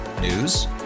News